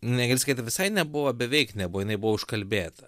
negali sakyt visai nebuvo beveik nebuvo jinai buvo užkalbėta